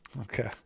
okay